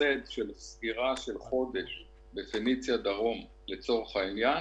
ההפסד של סגירה של חודש ל"פניציה" דרום לצורך העניין